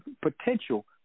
potential